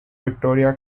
victoria